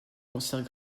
concerts